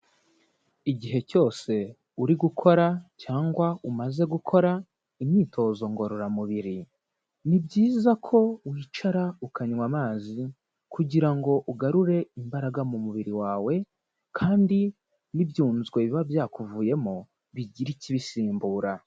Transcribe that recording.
Igihe cyose uri gukora cyangwa umaze gukora imyitozo ngororamubiri, ni byiza ko wicara ukanywa amazi kugira ngo ugarure imbaraga mu mubiri wawe kandi n'ibyunzwe biba byakuvuyemo bigire ikibisimbura.